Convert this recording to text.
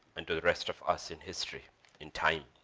and the rest of us in history in time